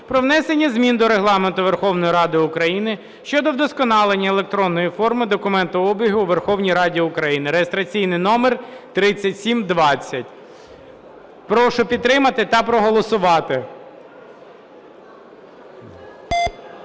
"Про внесення змін до Регламенту Верховної Ради України щодо вдосконалення електронної форми документообігу у Верховній Раді України" (реєстраційний номер 3720). Прошу підтримати та проголосувати.